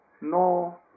no